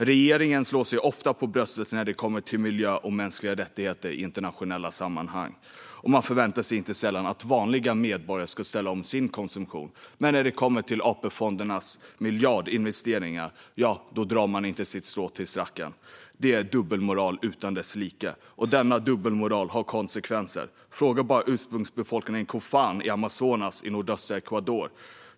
Regeringen slår sig ofta för bröstet när det gäller miljö och mänskliga rättigheter i internationella sammanhang, och man förväntar sig inte sällan att vanliga medborgare ska ställa om sin konsumtion. Men när det handlar om AP-fondernas miljardinvesteringar drar man inte sitt strå till stacken. Det är dubbelmoral utan dess like. Denna dubbelmoral får konsekvenser. Fråga bara ursprungsbefolkningen cofan i Amazonas i nordöstra Ecuador!